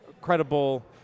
credible